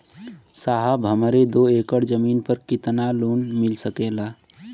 साहब हमरे दो एकड़ जमीन पर कितनालोन मिल सकेला?